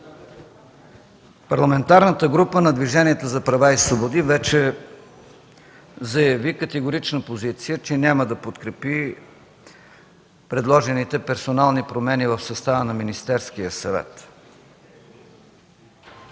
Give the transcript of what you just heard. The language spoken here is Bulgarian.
Парламентарната група на Движението за права и свободи вече заяви категорична позиция, че няма да подкрепи предложените персонални промени в състава на Министерския съвет.